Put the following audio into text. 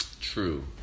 True